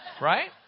Right